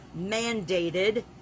mandated